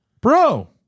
bro